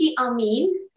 Amin